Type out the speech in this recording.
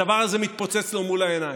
הדבר הזה מתפוצץ לו מול העיניים.